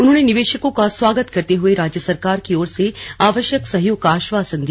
उन्होंने निवेशकों का स्वागत करते हुए राज्य सरकार की ओर से आवश्यक सहयोग का आश्वासन दिया